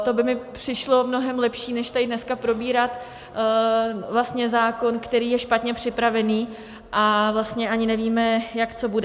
To by mi přišlo mnohem lepší než tady dneska probírat zákon, který je špatně připravený, a vlastně ani nevíme, jak co bude.